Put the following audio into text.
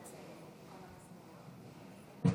כבוד היושב-ראש, כנסת נכבדה,